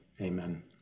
amen